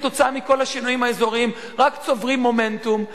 כתוצאה מכל השינויים האזוריים, רק צוברים מומנטום.